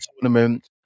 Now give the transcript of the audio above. tournament